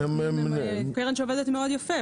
הם קרן שעובדת מאוד יפה.